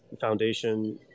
Foundation